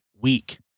week